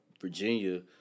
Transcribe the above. Virginia